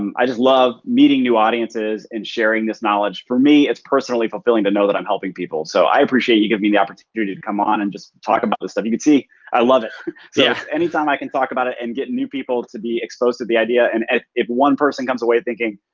um i just love meeting new audiences and sharing this knowledge. for me, it's personally fulfilling to know that i'm helping people so i appreciate you giving me the opportunity to come on and just talk about this stuff. you could see i love it. yeah so anytime i can talk about it and get new people to be exposed to the idea and if one person comes away thinking,